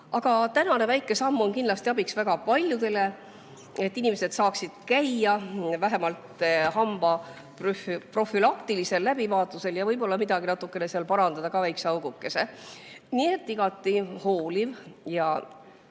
Tänane väike samm on kindlasti abiks väga paljudele, et inimesed saaksid käia vähemalt hammaste profülaktilisel läbivaatusel ja võib-olla midagi natukene parandada ka, väikese augukese. Nii et igati hooliv ja